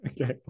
Okay